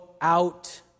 out